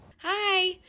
hi